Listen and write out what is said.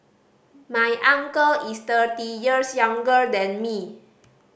my uncle is thirty years younger than me